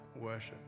worship